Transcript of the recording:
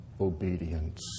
obedience